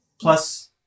plus